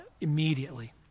immediately